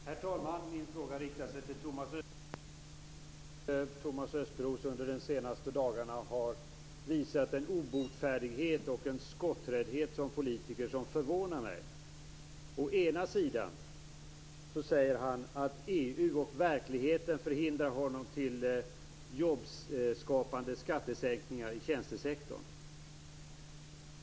Herr talman! Jag vill rikta en fråga till statsrådet Thomas Östros, som jag tycker under de senaste dagarna har visat en obotfärdighet och skotträddhet som politiker som förvånar mig. Han säger att EU och verkligheten hindrar honom när det gäller jobbskapande skattesänkningar inom tjänstesektorn.